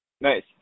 Nice